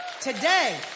Today